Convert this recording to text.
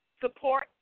support